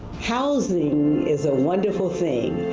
housing, is a wonderful thing.